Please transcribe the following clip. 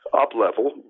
up-level